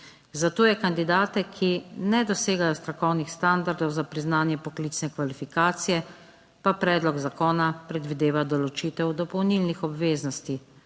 Za tuje kandidate, ki ne dosegajo strokovnih standardov za priznanje poklicne kvalifikacije, pa predlog zakona predvideva določitev dopolnilnih obveznosti